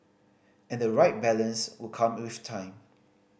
and the right balance would come with time